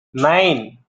nine